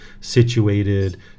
situated